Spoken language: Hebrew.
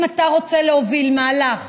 אם אתה רוצה להוביל מהלך